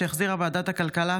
שהחזירה ועדת הכלכלה.